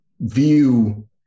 view